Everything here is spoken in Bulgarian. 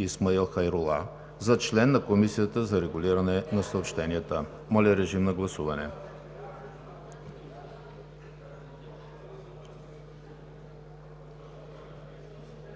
Исмаил Хайрула за член на Комисията за регулиране на съобщенията.“ Моля, режим на гласуване.